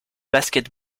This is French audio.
basket